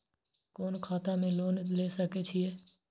कोन खाता में लोन ले सके छिये?